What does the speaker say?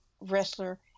wrestler